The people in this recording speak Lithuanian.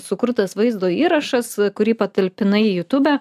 sukurtas vaizdo įrašas kurį patalpinai jutube